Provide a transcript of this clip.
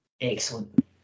Excellent